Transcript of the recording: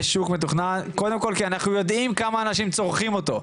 יש שוק מתוכנן קודם כל כי אנחנו יודעים כמה אנשים צורכים אותו,